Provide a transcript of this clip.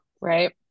right